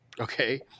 Okay